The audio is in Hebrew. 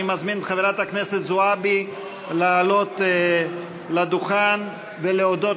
אני מזמין את חברת הכנסת זועבי לעלות לדוכן ולהודות